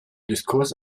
diskurs